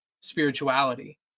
spirituality